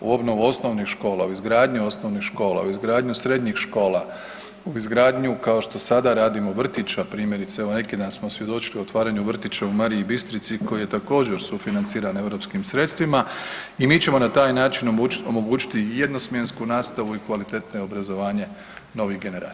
U obnovu osnovnih škola, izgradnju osnovnih škola, u izgradnju srednjih škola, u izgradnju, kao što sada radimo, vrtića, primjerice, evo, neki dan smo svjedočili otvaranju vrtića u Mariji Bistrici koji je također, sufinanciran EU sredstvima i mi ćemo na taj način omogućiti i jednosmjensku nastavu i kvalitetnije obrazovanje novih generacija.